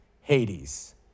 Hades